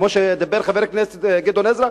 כמו שדיבר חבר הכנסת גדעון עזרא.